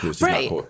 Right